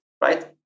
right